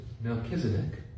Melchizedek